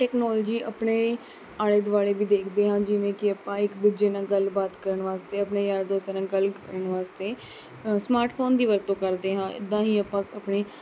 technology ਆਪਣੇ ਆਲੇ ਦੁਆਲੇ ਵੀ ਦੇਖਦੇ ਹਾਂ ਜਿਵੇਂ ਕਿ ਆਪਾਂ ਇੱਕ ਦੂਜੇ ਨਾਲ ਗੱਲਬਾਤ ਕਰਨ ਵਾਸਤੇ ਆਪਣੇ ਯਾਰਾਂ ਦੋਸਤਾਂ ਨਾਲ ਗੱਲ ਕਰਨ ਵਾਸਤੇ ਸਮਾਰਟ ਫੋਨ ਦੀ ਵਰਤੋਂ ਕਰਦੇ ਹਾਂ ਇੱਦਾਂ ਹੀ ਆਪਾਂ ਆਪਣੇ